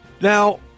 Now